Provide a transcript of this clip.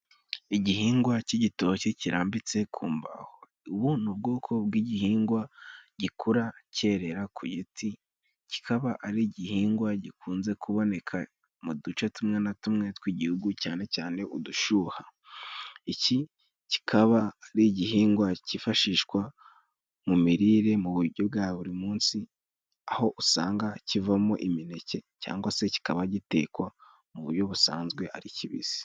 Igihingwa cy'igitoki, kirambitse ku imbaho, ubu ni ubwoko bw'igihingwa gikura cyerera ku giti kikaba ari igihingwa gikunze kuboneka mu duce tumwe na tumwe tw'igihugu, cyane cyane udushyuha. Iki kikaba ari igihingwa cyifashishwa mu mirire mu buryo bwa buri munsi ,aho usanga kivamo imineke ,cyangwa se kikaba gitekwa mu buryo busanzwe ari kibisi.